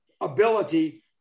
ability